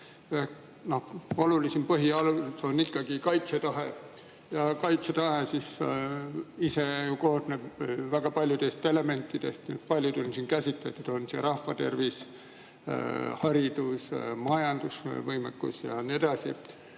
olulisim põhialus on ikkagi kaitsetahe. Ja kaitsetahe ise koosneb ju väga paljudest elementidest. Paljut on siin käsitletud, nagu rahvatervis, haridus, majanduse võimekus ja nii edasi.